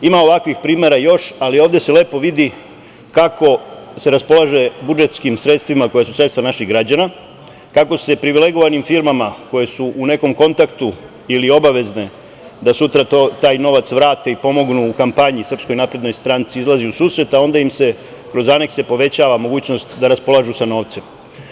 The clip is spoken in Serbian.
Ima ovakvih primera još, ali ovde se lepo vidi kako se raspolaže budžetskim sredstvima koja su sredstva naših građana, kako se privilegovanim firmama koje su u nekom kontaktu ili obavezne da sutra taj novac vrate i pomognu u kampanji SNS izlazi u susret, a onda im se kroz anekse povećava mogućnost da raspolažu sa novcem.